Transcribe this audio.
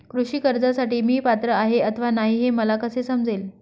कृषी कर्जासाठी मी पात्र आहे अथवा नाही, हे मला कसे समजेल?